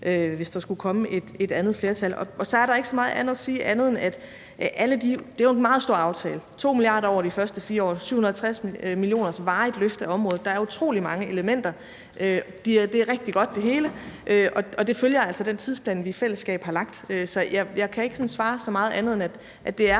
hvis der skulle komme et andet flertal. Og så er der ikke så meget andet at sige, end at det var en meget stor aftale, 2 mia. kr. over de første 4 år, 750 mio. kr. til et varigt løft af området. Der er utrolig mange elementer, det hele er rigtig godt, og det følger altså den tidsplan, vi i fællesskab har lagt. Så jeg kan ikke svare så meget andet, end at det er